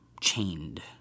chained